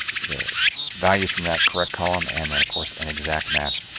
the values from that correct column and then, of course, an exact match,